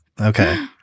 Okay